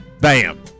bam